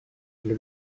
для